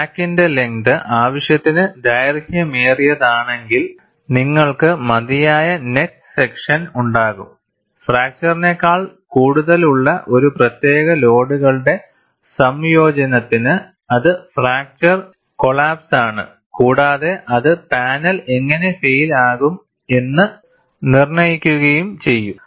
ക്രാക്കിന്റെ ലെങ്ത് ആവശ്യത്തിന് ദൈർഘ്യമേറിയതാണെങ്കിൽ നിങ്ങൾക്ക് മതിയായ നെറ്റ് സെക്ഷൻ ഉണ്ടാകും ഫ്രാക്ചർനേക്കാൾ കൂടുതൽ ഉള്ള ഒരു പ്രത്യേക ലോഡുകളുടെ സംയോജനത്തിന്അത് ഫ്രാക്ചർ കോളാപ്പ്സ് ആണ് കൂടാതെ അത് പാനൽ എങ്ങനെ ഫൈയിൽ ആകും എന്ന് നിർണ്ണയിക്കും ചെയ്യും